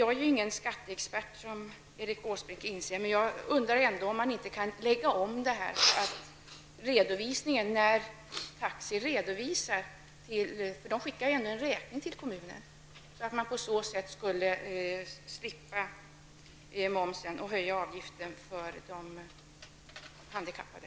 Jag är inte någon skatteexpert, som Erik Åsbrink inser, men jag undrar om man ändå inte kan lägga om redovisningen för taxiresor -- taxiföretagen skickar ju ändå en räkning till kommunerna -- för att slippa momsen och för att slippa höja avgiften för de handikappade.